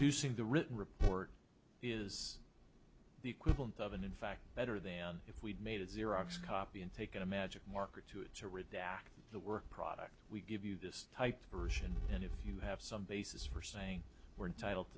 sing the written report is the equivalent of and in fact better than if we'd made a xerox copy and taken a magic marker to it to redact the work product we give you this type of person and if you have some basis for saying we're entitled